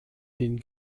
den